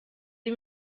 sie